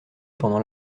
pendant